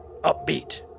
upbeat